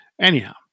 Anyhow